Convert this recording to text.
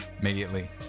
immediately